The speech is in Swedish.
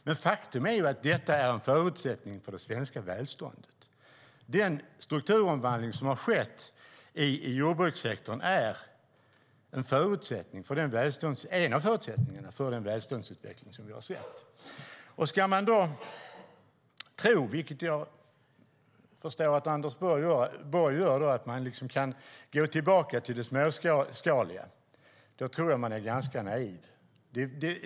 Men faktum är att detta är förutsättning för det svenska välståndet. Den strukturomvandling som har skett i jordbrukssektorn är en av förutsättningarna för den välståndsutveckling som vi har sett. Tror man då - vilket jag förstår att Anders Borg gör - att man liksom kan gå tillbaka till det småskaliga, då tror jag att man är ganska naiv.